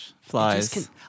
flies